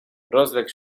rozległ